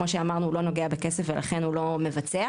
כמו שאמרנו הוא לא נוגע בכסף ולכן הוא לא מבצע,